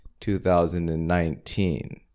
2019